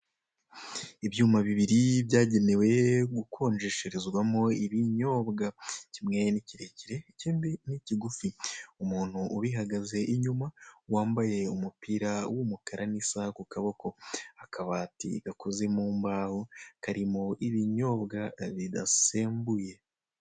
Ibyuma bibiri, byagenewe gukonjesherezwamo ibinyobwa. Kimwe ni kirekire, ikindi ni kigufi. Umuntu ubihagaze inyuma, wambaye umupira w'umukara n'isaha ku kaboko, akabati gakoze mu mbaho, karimo ibinyobwa bidasembuye.